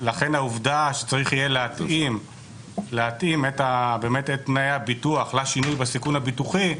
לכן העובדה שיהיה צריך להתאים את תנאי הביטוח לשינוי בסיכון הביטוחי,